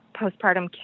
postpartum